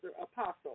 Apostle